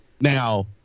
Now